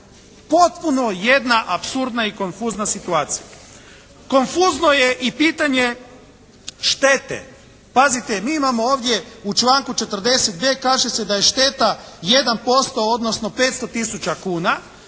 Potpuno jedna apsurdna i konfuzna situacija. Konfuzno je i pitanje štete. Pazite mi imamo ovdje u članku 40.b kaže se da je šteta 1% odnosno 500 tisuća